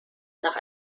nach